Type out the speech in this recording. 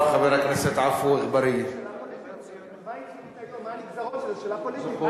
מהי ציונות היום, מה הנגזרות, זו שאלה פוליטית.